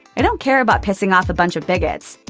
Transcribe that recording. i don't care about pissing off a bunch of bigots.